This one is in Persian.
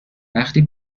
وقتی